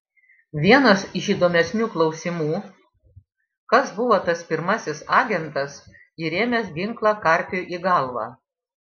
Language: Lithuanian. vienas iš įdomesnių klausimų kas buvo tas pirmasis agentas įrėmęs ginklą karpiui į galvą